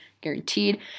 guaranteed